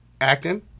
Acting